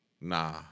Nah